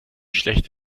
schlecht